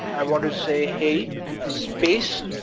i want it to say hey space,